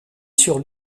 sur